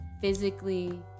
physically